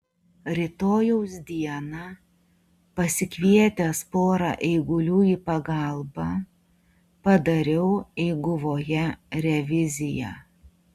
rytojaus dieną pasikvietęs pora eigulių į pagalbą padariau eiguvoje reviziją